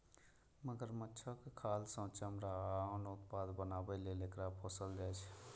मगरमच्छक खाल सं चमड़ा आ आन उत्पाद बनाबै लेल एकरा पोसल जाइ छै